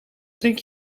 drink